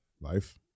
Life